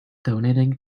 donating